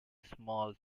small